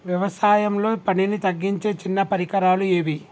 వ్యవసాయంలో పనిని తగ్గించే చిన్న పరికరాలు ఏవి?